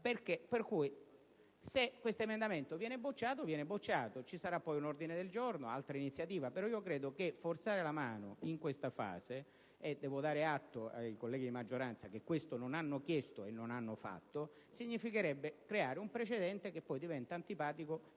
Pertanto, se questo emendamento viene bocciato, viene bocciato: ci sarà eventualmente poi un ordine del giorno o un'altra iniziativa, ma credo che forzare la mano in questa fase - e devo dare atto ai colleghi della maggioranza che non lo hanno chiesto e non lo hanno fatto - significherebbe creare un precedente che poi diventerebbe antipatico